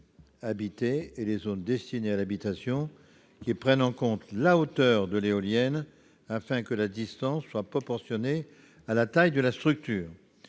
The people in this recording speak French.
et les zones destinées à l'habitation qui prenne en compte la hauteur de l'éolienne, afin que la distance soit proportionnée à la taille de la structure.